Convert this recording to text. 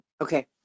Okay